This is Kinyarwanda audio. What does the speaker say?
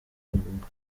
mwuga